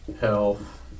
health